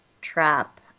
trap